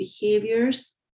behaviors